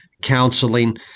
Counseling